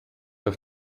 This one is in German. auf